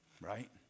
right